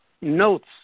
notes